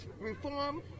reform